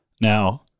Now